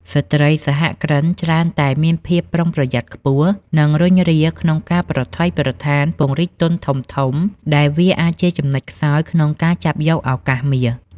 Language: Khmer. ស្ត្រីសហគ្រិនច្រើនតែមានភាពប្រុងប្រយ័ត្នខ្ពស់ និងរុញរាក្នុងការប្រថុយប្រថានពង្រីកទុនធំៗ ដែលវាអាចជាចំណុចខ្សោយក្នុងការចាប់យកឱកាសមាស។